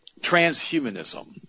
transhumanism